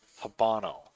Habano